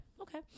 Okay